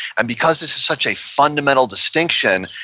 and because this is such a fundamental distinction,